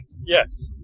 Yes